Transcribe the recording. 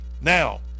now